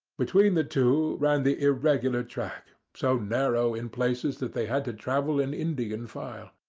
between the two ran the irregular track, so narrow in places that they had to travel in indian file,